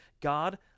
God